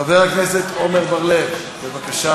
חבר הכנסת עמר בר-לב, בבקשה,